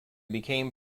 became